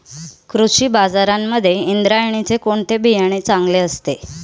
कृषी बाजारांमध्ये इंद्रायणीचे कोणते बियाणे चांगले असते?